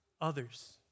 others